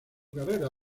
carrera